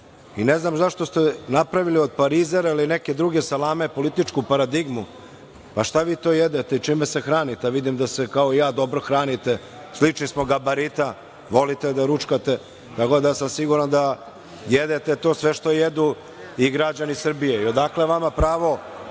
I, ne znam zašto ste napravili od parizera ili neke druge salame političku paradigmu, pa šta vi to jedete i čime se hranite, a vidim da se kao i ja dobro hranite, sličnog smo gabarita, volite da ručkate, tako da sam siguran da jedete to sve što jedu i građani Srbije.